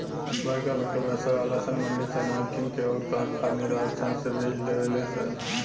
बरका बरका व्यवसाय वाला सन मंडी से अनाज किन के अउर कारखानेदार सन से बेच देवे लन सन